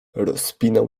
rozpinał